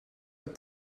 with